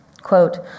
Quote